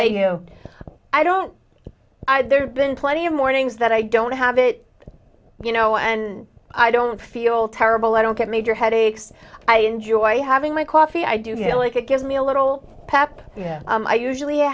you know i don't i there have been plenty of mornings that i don't have it you know and i don't feel terrible i don't get major headaches i enjoy having my coffee i do feel like it gives me a little pep yeah i usually